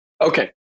Okay